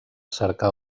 cercar